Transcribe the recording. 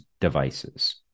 devices